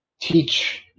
Teach